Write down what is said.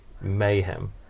mayhem